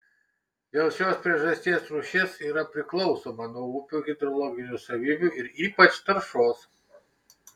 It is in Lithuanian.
dėl šios priežasties rūšis yra priklausoma nuo upių hidrologinių savybių ir ypač taršos